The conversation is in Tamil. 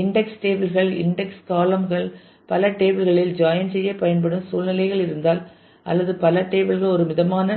இன்டெக்ஸ் டேபிள் கள் இன்டெக்ஸ் காளம் கள் பல டேபிள் களில் செய்ய பயன்படும் சூழ்நிலைகள் இருந்தால் அல்லது பல டேபிள் கள் ஒரு மிதமான